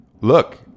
Look